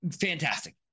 fantastic